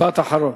משפט אחרון.